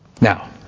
Now